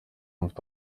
mfite